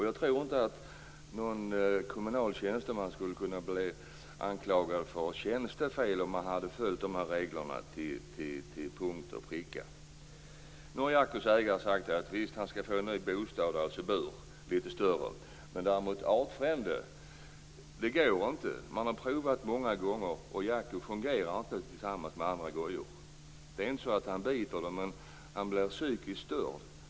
Jag tror inte att någon kommunal tjänsteman skulle kunna bli anklagad för tjänstefel om de här reglerna följts till punkt och pricka. Jackos ägare har nu sagt att Jacko skall få en litet större bur. Däremot kan han inte få en artfrände. Det går inte. Man har prövat det många gånger men Jacko fungerar inte tillsammans med andra gojor. Det är inte så att han biter dem men han blir psykiskt störd.